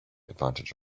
advantage